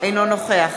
אינו נוכח